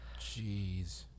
Jeez